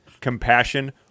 compassion